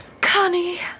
Connie